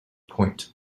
point